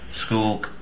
school